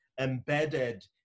embedded